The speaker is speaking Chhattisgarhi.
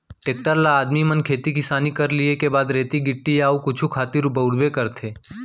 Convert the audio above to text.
टेक्टर ल आदमी मन खेती किसानी कर लिये के बाद रेती गिट्टी या अउ कुछु खातिर बउरबे करथे